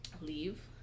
leave